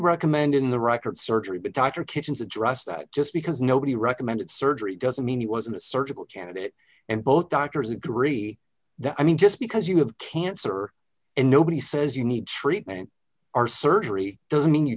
recommend in the rocket surgery but dr kitchen's address that just because nobody recommended surgery doesn't mean it wasn't a surgical candidate and both doctors agree that i mean just because you have cancer and nobody says you need treatment are surgery doesn't mean you